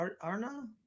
Arna